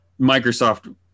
Microsoft